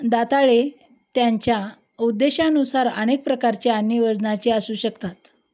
दाताळे त्यांच्या उद्देशानुसार अनेक प्रकारचे आणि वजनाचे असू शकतात